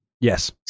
Yes